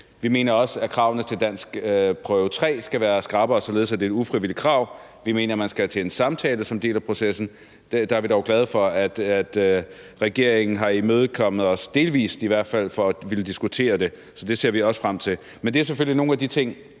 Vi mener også, at kravene til danskprøve 3 skal være skrappere, således at det er et ufravigeligt krav; vi mener, at man skal til en samtale som en del af processen, og der er vi dog glade for, at regeringen i hvert fald delvis har imødekommet os med hensyn til at ville diskutere det. Så det ser vi også frem til. Men det er selvfølgelig nogle af de ting,